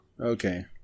Okay